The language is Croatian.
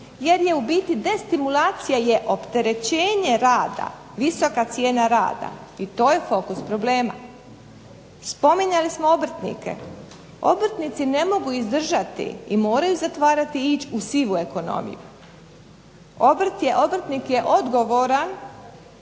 Jer je u biti destimulacija je opterećenje rada, visoka cijena rada, i to je fokus problema. Spominjali smo obrtnike – obrtnici ne mogu izdržati i moraju zatvarati i ići u sivu ekonomiju. Obrtnik je odgovoran